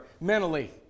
mentally